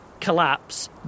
collapse